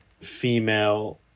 female